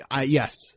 Yes